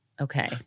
Okay